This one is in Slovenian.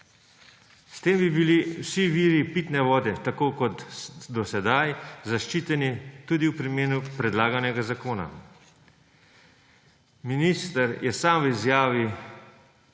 S tem bi bili vsi viri pitne vode tako kot do sedaj zaščiteni tudi v primeru predlaganega zakona. Minister je sam v izjavi